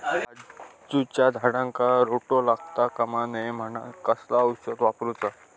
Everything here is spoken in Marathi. काजूच्या झाडांका रोटो लागता कमा नये म्हनान कसला औषध वापरूचा?